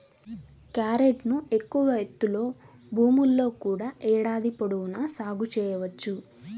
క్యారెట్ను ఎక్కువ ఎత్తులో భూముల్లో కూడా ఏడాది పొడవునా సాగు చేయవచ్చు